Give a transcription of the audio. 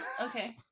Okay